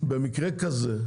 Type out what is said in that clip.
במקרה כזה,